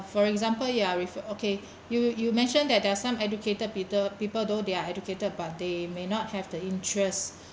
for example you are with okay you you mentioned that there're some educated people people though they are educated but they may not have the interest